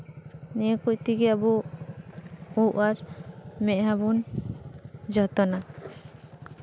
ᱱᱤᱭᱟᱹ ᱠᱚ ᱛᱮᱜᱮ ᱟᱹᱵᱩ ᱩᱵ ᱟᱨ ᱢᱮᱫᱦᱟ ᱵᱚᱱ ᱡᱚᱛᱚᱱᱟ